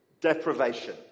deprivation